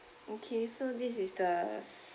okay so this is the